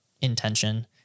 intention